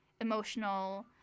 emotional